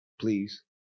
please